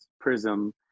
prism